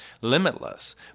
limitless